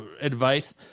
advice